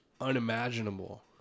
unimaginable